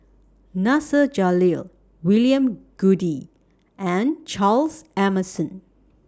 Nasir Jalil William Goode and Charles Emmerson